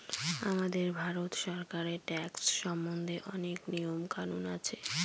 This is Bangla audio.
আমাদের ভারত সরকারের ট্যাক্স সম্বন্ধে অনেক নিয়ম কানুন আছে